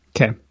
Okay